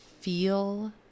feel